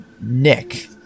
Nick